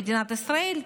במדינת ישראל,